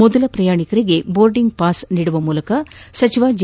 ಮೊದಲ ಪ್ರಯಾಣಿಕರಿಗೆ boarding pass ನೀಡುವ ಮೂಲಕ ಸಚಿವ ಜಿ